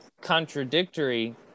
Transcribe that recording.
contradictory